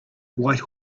white